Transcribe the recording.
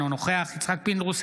אינו נוכח יצחק פינדרוס,